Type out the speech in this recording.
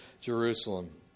Jerusalem